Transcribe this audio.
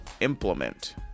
implement